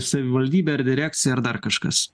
savivaldybė ar direkcija ar dar kažkas